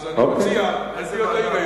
אז אני מציע, איזו ועדה?